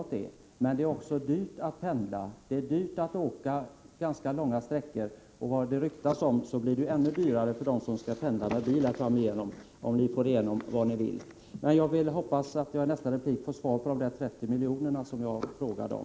Men det är också dyrt att pendla, att åka långa sträckor. Och enligt vad det ryktas blir det framöver ännu dyrare för dem som pendlar med bil, om ni får igenom vad ni vill. Jag hoppas att jag i nästa replik får svar beträffande de 30 miljoner som jag frågade om.